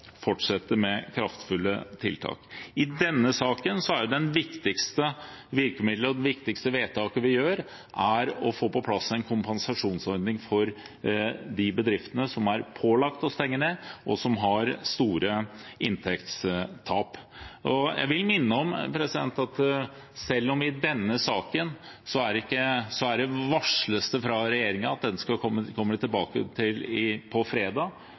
fortsette med kraftfulle tiltak. I denne saken er det viktigste virkemiddelet og det viktigste vedtaket vi gjør, å få på plass en kompensasjonsordning for de bedriftene som er pålagt å stenge ned, og som har store inntektstap. Jeg vil minne om at selv om det i denne saken varsles fra regjeringen at dette kommer de tilbake til på fredag, så er det bare litt over en uke siden det var en diskusjon om vi i det hele tatt skulle ha en så